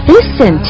Listen